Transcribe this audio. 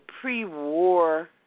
pre-war